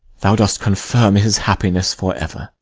thou dost confirm his happiness for ever.